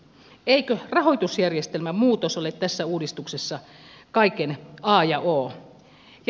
eikö rahoitusjärjestelmän muutos ole tässä uudistuksessa kaiken a ja o